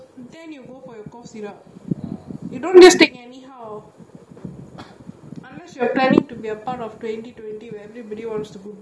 just take anyhow unless you are planning to be a part of twenty twenty where everybody wants to goodbye eh please lah